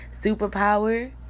superpower